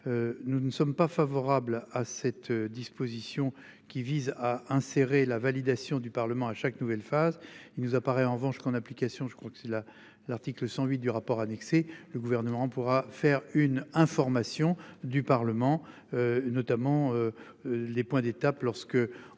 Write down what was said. Nous ne sommes pas favorables à cette disposition qui vise à insérer la validation du Parlement à chaque nouvelle phase il nous apparaît en revanche qu'en application, je crois que c'est là l'article 108 du rapport annexé le gouvernement pourra faire une information du Parlement. Notamment. Les points d'étape lorsque